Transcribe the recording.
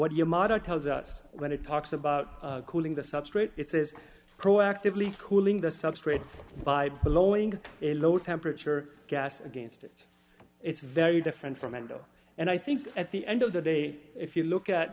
what your model tells us when it talks about cooling the substrate it says proactively cooling the substrate by blowing a low temperature gas against it it's very different from mental and i think at the end of the day if you look at